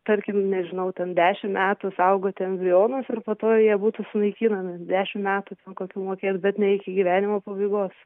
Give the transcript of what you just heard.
tarkim nežinau ten dešim metų saugoti embrionus ir po to jie būtų sunaikinami dešim metų ten kokių mokėt bet ne iki gyvenimo pabaigos